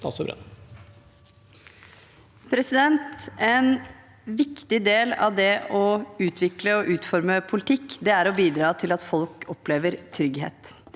En viktig del av det å utvikle og utforme politikk er å bidra til at folk opplever trygghet.